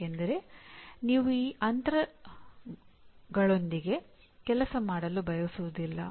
ಏಕೆಂದರೆ ನೀವು ಆ ಅಂತರಗಳೊಂದಿಗೆ ಕೆಲಸ ಮಾಡಲು ಬಯಸುವುದಿಲ್ಲ